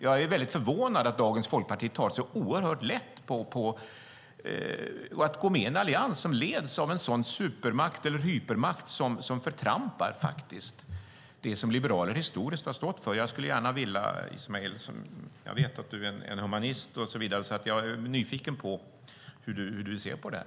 Jag är väldigt förvånad att dagens folkparti tar så oerhört lätt på att gå med i en allians som leds av en sådan supermakt eller hypermakt som förtrampar det som liberaler historiskt har stått för. Jag vet att du är humanist, Ismail, så jag är nyfiken på hur du ser på det här.